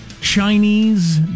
Chinese